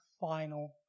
final